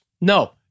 No